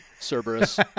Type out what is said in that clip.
Cerberus